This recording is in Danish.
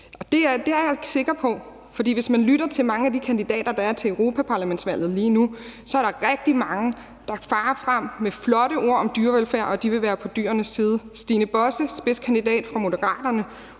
Det er jeg ikke sikker på, for hvis man lytter til mange af de kandidater, der stiller op til europaparlamentsvalget lige nu, så er der rigtig mange, der farer frem med flotte ord om dyrevelfærd og siger, at de vil være på dyrenes side. Stine Bosse, spidskandidat for Moderaterne,